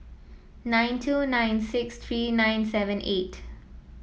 nine two nine six three nine seven eight